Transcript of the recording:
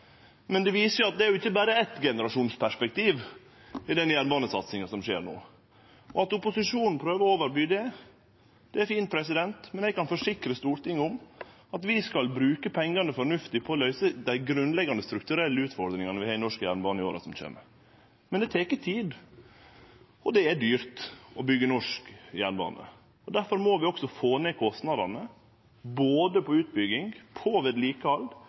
men det viser at det er ikkje berre eitt generasjonsperspektiv i den jernbanesatsinga som skjer no. At opposisjonen prøver å overby det, er fint. Men eg kan forsikre Stortinget om at vi skal bruke pengane fornuftig på å løyse dei grunnleggjande strukturelle utfordringane vi har i norsk jernbane, i åra som kjem. Men det tek tid, og det er dyrt å byggje norsk jernbane. Difor må vi også få ned kostnadene, både til utbygging, til vedlikehald